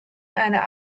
einer